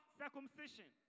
circumcision